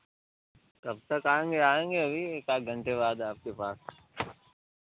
कब तक आएँगे आएँगे अभी एक आध घंटे बाद आपके पास